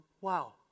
wow